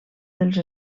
dels